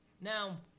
Now